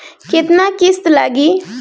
केतना किस्त लागी?